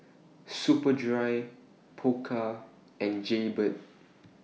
Superdry Pokka and Jaybird